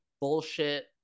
bullshit